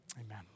Amen